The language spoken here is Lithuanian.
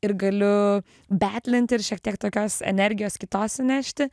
ir galiu betlint ir šiek tiek tokios energijos kitos įnešti